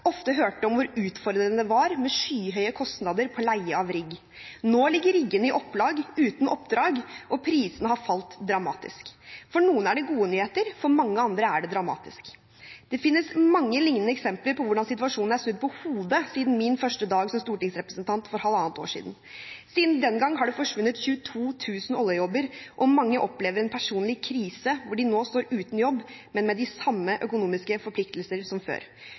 ofte hørte om hvor utfordrende det var med skyhøye kostnader på leie av rigg. Nå ligger riggene i opplag, uten oppdrag, og prisene har falt dramatisk. For noen er det gode nyheter, for mange andre er det dramatisk. Det finnes mange lignende eksempler på hvordan situasjonen er snudd på hodet siden min første dag som stortingsrepresentant for halvannet år siden. Siden den gang har det forsvunnet 22 000 oljejobber, og mange opplever en personlig krise hvor de nå står uten jobb, men med de samme økonomiske forpliktelser som før.